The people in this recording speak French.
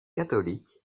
catholique